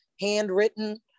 handwritten